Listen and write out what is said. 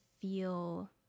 feel